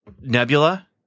Nebula